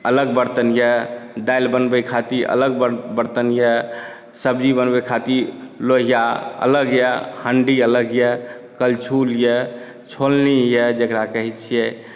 अलग बरतन यए दालि बनबै खातिर अलग बरतन यए सब्जी बनबै खातिर लोहिआ अलग यए हण्डी अलग यए करछुल यए छोलनी यए जकरा कहैत छियै